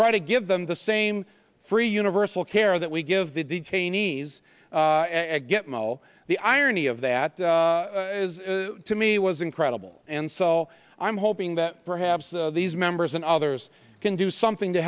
try to give them the same free universal care that we give the detainees get mel the irony of that to me was incredible and sell i'm hoping that perhaps these members and others can do something to